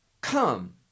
come